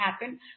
happen